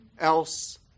else